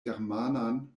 germanan